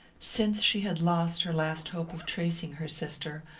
since she had lost her last hope of tracing her sister,